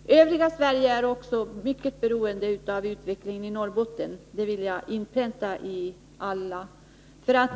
Fru talman! Övriga Sverige är också mycket beroende av utvecklingen i Norrbotten — det vill jag inpränta i alla. Man